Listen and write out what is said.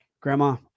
grandma